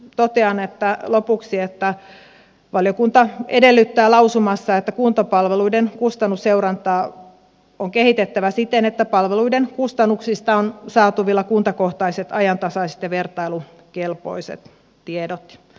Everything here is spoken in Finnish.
totean lopuksi että valiokunta edellyttää lausumassa että kuntapalveluiden kustannusseurantaa on kehitettävä siten että palveluiden kustannuksista on saatavilla kuntakohtaiset ajantasaiset ja vertailukelpoiset tiedot